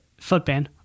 footband